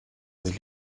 sich